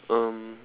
um